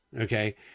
Okay